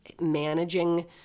managing